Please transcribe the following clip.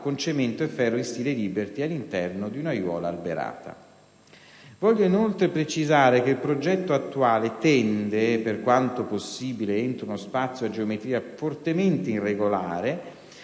con cemento e ferro in stile liberty all'interno di un'aiuola alberata. Voglio inoltre precisare che il progetto attuale tende, per quanto possibile entro uno spazio a geometria fortemente irregolare,